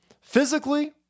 physically